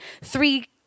three